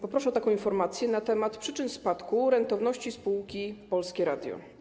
Poproszę o informację na temat przyczyn spadku rentowności spółki Polskie Radio.